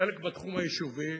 וחלק בתחום היישובי,